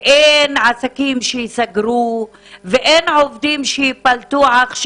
אין עסקים שייסגרו ואין עובדים שייפלטו עכשיו?